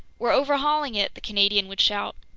we're overhauling it! the canadian would shout.